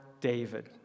David